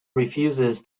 refuses